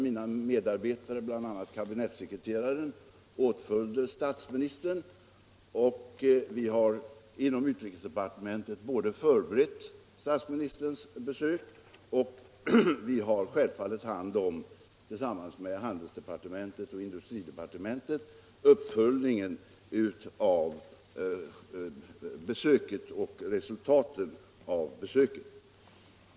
Mina medarbetare, bl.a. kabinettssekreteraren, åtföljde statsministern till Moskva. Vi har inom utrikesdepartementet förberett statsministerns besök och vi har självfallet hand om — tillsammans med handelsdepartementet och industridepartementet — uppföljningen av besöket och resultaten av detsamma.